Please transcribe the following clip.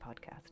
podcast